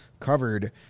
covered